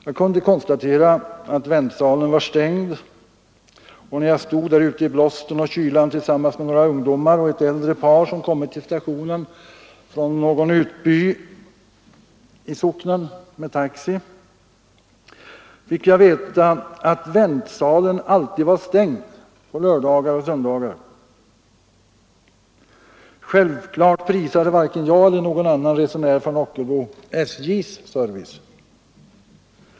Jag kunde konstatera att väntsalen var stängd, och när jag stod där ute i blåsten och kylan tillsammans med några ungdomar och ett äldre par, som kommit till stationen från någon utby i socknen med taxi, fick jag veta att väntsalen alltid var stängd på lördagar och söndagar. Självklart prisade varken jag eller någon annan resenär från Ockelbo SJ:s service.